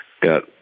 got